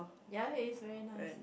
ya he is very nice